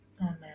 amen